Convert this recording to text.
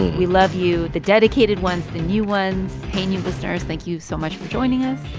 we love you the dedicated ones, the new ones. hey, new listeners. thank you so much for joining us.